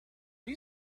you